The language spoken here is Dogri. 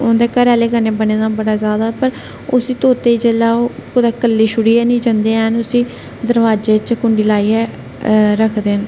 उंदे घरें आहलें कन्नै बी बने दा बड़ा ज्यादा उसी तोते गी जिसलै ओह् कुतै इक्कले छोड़ी नी जंदे हैन उसी दरवाजे च कुंडी लाइयै रखदे ना